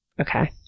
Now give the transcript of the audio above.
okay